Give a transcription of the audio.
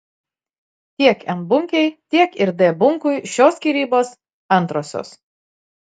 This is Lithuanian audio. tiek n bunkei tiek ir d bunkui šios skyrybos antrosios